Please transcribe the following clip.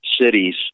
cities